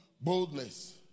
boldness